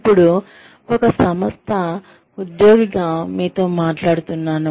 ఇప్పుడు నేను ఒక సంస్థ ఉద్యోగిగా మీతో మాట్లాడుతున్నాను